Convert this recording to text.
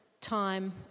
time